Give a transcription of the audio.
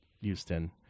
Houston